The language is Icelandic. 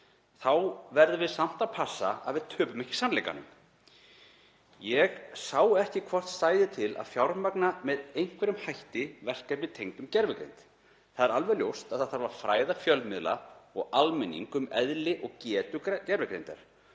Þá verðum við samt að passa að við töpum ekki sannleikanum. Ég sá ekki hvort til stæði að fjármagna með einhverjum hætti verkefni tengd gervigreind. Það er alveg ljóst að það þarf að fræða fjölmiðla og almenning um eðli og getu gervigreindar